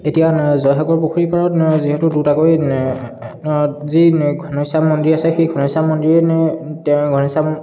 এতিয়া জয়সাগৰ পুখুৰীৰ পাৰত যিহেতু দুটাকৈ যি ঘনশ্যাম মন্দিৰ আছে সেই ঘনশ্যাম মন্দিৰেনে ঘনশ্যাম